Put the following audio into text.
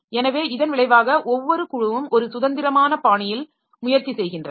எனவே இதன் விளைவாக ஒவ்வொரு குழுவும் ஒரு சுதந்திரமான பாணியில் முயற்சி செய்கின்றன